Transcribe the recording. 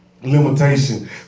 limitation